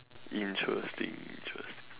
interesting interesting